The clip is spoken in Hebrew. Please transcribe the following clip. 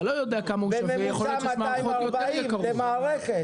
בממוצע 240 למערכת.